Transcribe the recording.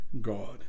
God